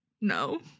no